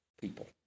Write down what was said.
people